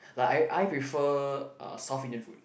like I I prefer uh South Indian food